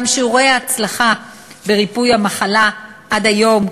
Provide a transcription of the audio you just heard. גם שיעורי ההצלחה בריפוי המחלה עד היום,